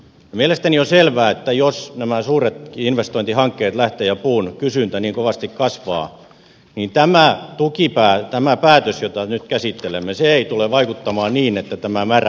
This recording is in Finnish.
mielestäni on selvää että jos nämä suuret investointihankkeet lähtevät ja puun kysyntä niin kovasti kasvaa niin tämä päätös jota nyt käsittelemme ei tule vaikuttamaan niin että tämä määrä vähenisi